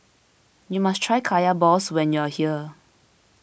you must try Kaya Balls when you are here